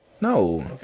No